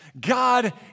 God